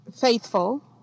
faithful